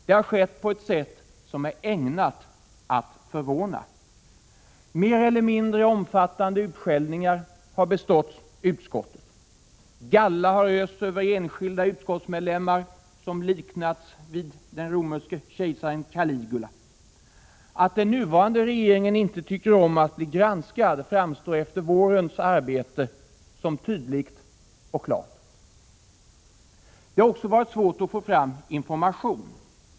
Det har skett på ett sätt som är ägnat att förvåna. Mer eller mindre omfattande utskällningar har beståtts utskottet. Galla har östs över enskilda utskottsmedlemmar, vilka liknats vid den romerske kejsaren Caligula. Att den nuvarande regeringen inte tycker om att bli granskad framstår efter vårens arbete som tydligt och klart. Det har också varit svårt att få fram information.